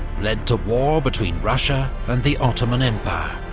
led to war between russia and the ottoman empire.